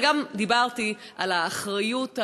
אבל גם דיברתי על האחריות היהודית,